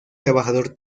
trabajador